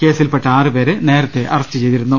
കേസിൽപെട്ട ആറ് പേരെ നേരത്തെ അറസ്റ്റ് ചെയ്തിരുന്നു